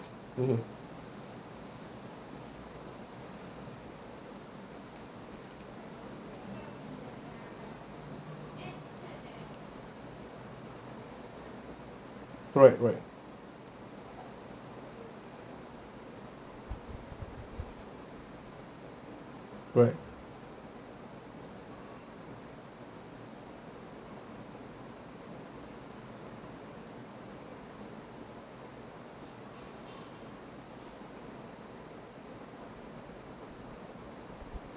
mmhmm right right right